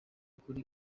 kuri